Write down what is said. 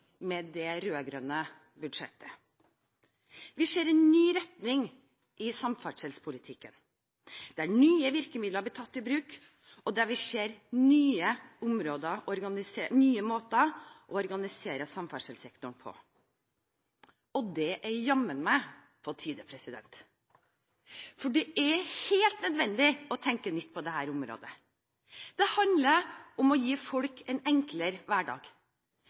med det rød-grønne budsjettet. Vi ser en ny retning i samferdselspolitikken, der nye virkemidler blir tatt i bruk, og der vi ser nye måter å organisere samferdselssektoren på. Det er jammen på tide, for det er helt nødvendig å tenke nytt på dette området. Det handler om å gi folk en enklere hverdag.